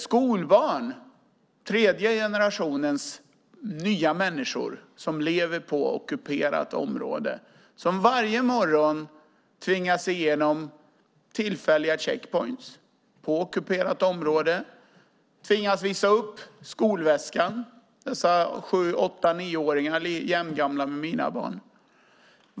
Skolbarn, tredje generationens nya människor som lever på ockuperat område, tvingas varje morgon igenom tillfälliga checkpoints på ockuperat område. De tvingas visa upp skolväskan, dessa sju-åtta-nioåringar, jämngamla med mina barn.